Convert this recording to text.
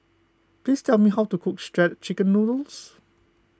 please tell me how to cook Shredded Chicken Noodles